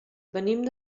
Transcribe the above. venim